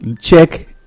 check